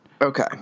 Okay